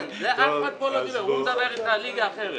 ואחר כך הוא מדבר איתך על ליגה אחרת.